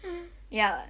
ya [what]